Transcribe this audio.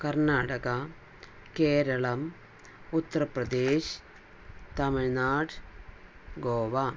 Karnataka Keralam Uttar Pradesh Tamil Nadu Goa